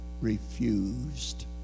refused